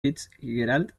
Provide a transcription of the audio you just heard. fitzgerald